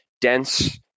dense